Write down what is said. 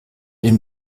den